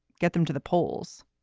get them to the polls.